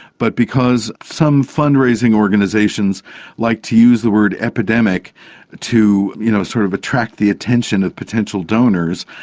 but because some fundraising organisations like to use the word epidemic to you know sort of attract the attention of potential donors,